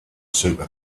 super